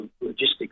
logistics